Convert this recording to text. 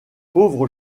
pauvre